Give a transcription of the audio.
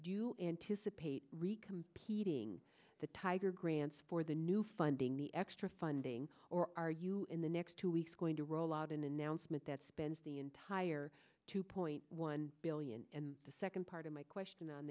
do you anticipate re competing the tiger grants for the new funding the extra funding or are you in the next two weeks going to roll out an announcement that spends the entire two point one billion and the second part of my question on